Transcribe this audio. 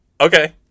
Okay